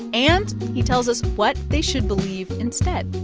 and he tells us what they should believe instead